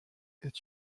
est